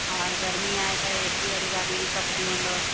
और गर्मी आहे त ए सी वारी गाॾी बि खपंदी हूंदव